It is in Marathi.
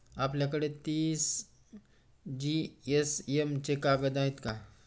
आपल्याकडे तीस जीएसएम चे कागद आहेत का?